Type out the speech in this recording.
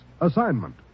assignment